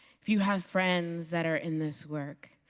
if you have friends that are in this work,